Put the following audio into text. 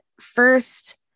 first